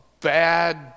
bad